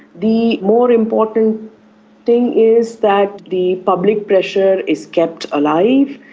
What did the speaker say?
the more important thing is that the public pressure is kept alive,